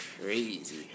crazy